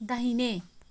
दाहिने